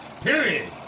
period